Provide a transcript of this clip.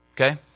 okay